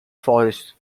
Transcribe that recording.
forests